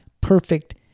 perfect